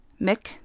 Mick